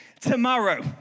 tomorrow